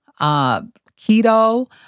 keto